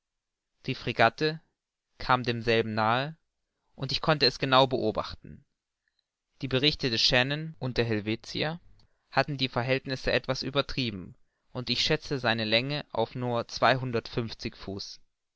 die fregatte kam demselben nahe und ich konnte es genau beobachten die berichte des shannon und der helvetia hatten die verhältnisse etwas übertrieben und ich schätzte seine länge auf nur zweihundertundfünfzig fuß